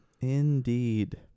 Indeed